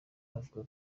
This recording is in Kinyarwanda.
avuga